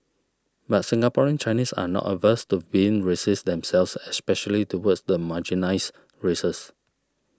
but Singaporean Chinese are not averse to being racist themselves especially towards the marginalised races